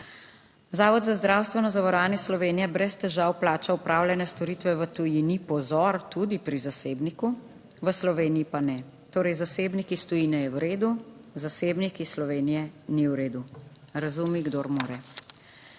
Zavod za zdravstveno zavarovanje Slovenije brez težav plača opravljene storitve v tujini - pozor - tudi pri zasebniku, v Sloveniji pa ne. Torej, zasebnik iz tujine je v redu, zasebnik iz Slovenije ni v redu - razumi, kdor more.